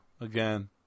Again